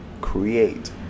create